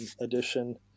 edition